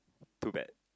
too bad